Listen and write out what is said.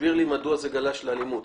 תסביר לי מדוע זה גלש לאלימות.